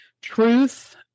Truth